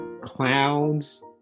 clowns